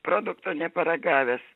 produkto neparagavęs